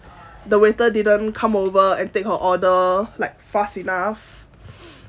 the waiter didn't come over and take her order like fast enough